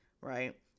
Right